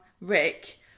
Rick